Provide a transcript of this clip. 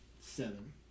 Seven